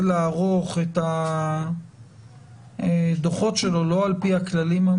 לערוך את הדוחות שלו לא על פי הכללים.